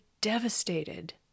devastated